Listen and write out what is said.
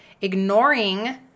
ignoring